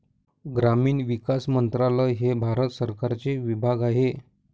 ग्रामीण विकास मंत्रालय हे भारत सरकारचे विभाग आहे